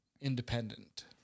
independent